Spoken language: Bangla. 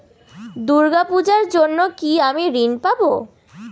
দূর্গা পূজার জন্য কি আমি ঋণ পাবো?